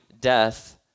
death